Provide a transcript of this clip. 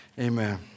Amen